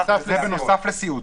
וזה בנוסף לסיעוד.